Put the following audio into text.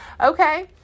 Okay